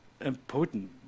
important